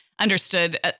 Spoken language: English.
understood